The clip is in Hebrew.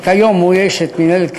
כנסת נכבדה,